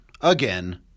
again